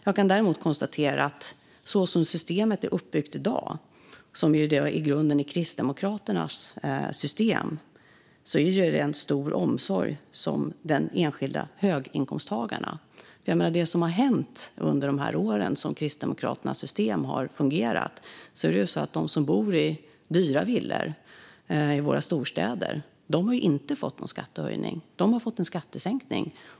Jag kan däremot konstatera att så som systemet är uppbyggt i dag, vilket i grunden är Kristdemokraternas system, finns det en stor omsorg om de enskilda höginkomsttagarna. Det som har hänt under de år som Kristdemokraternas system har fungerat är ju att de som bor i dyra villor i våra storstäder inte har fått någon skattehöjning utan en skattesänkning.